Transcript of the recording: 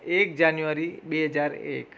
એક જાન્યુઆરી બે હજાર એક